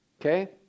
Okay